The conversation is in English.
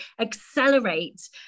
accelerate